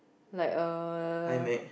like a